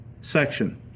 section